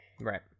Right